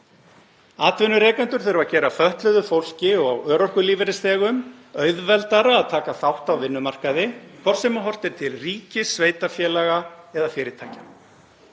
Atvinnurekendur þurfa að gera fötluðu fólki og örorkulífeyrisþegum auðveldara að taka þátt á vinnumarkaði, hvort sem horft er til ríkis, sveitarfélaga eða fyrirtækja.